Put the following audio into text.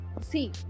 see